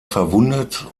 verwundet